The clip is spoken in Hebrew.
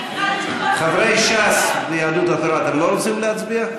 חברי ש"ס ויהדות התורה, אתם לא רוצים להצביע?